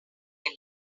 him